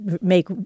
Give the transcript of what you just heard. make